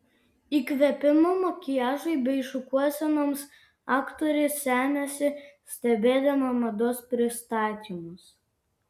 įkvėpimo makiažui bei šukuosenoms aktorė semiasi stebėdama mados pristatymus